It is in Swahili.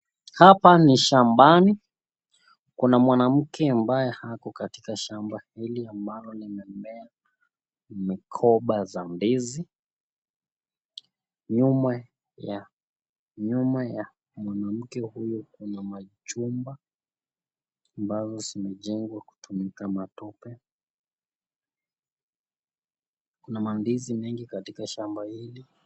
Hapa ni shambani, kuna mwanamke ambaye ako katika shamba hili ambalo limemea migoba za ndizi. Nyuma ya nyuma ya mwanamke huyu kuna machumba ambazo zimejengwa kutumia matope, kuna mandizi mengi katika shamba hili.